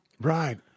Right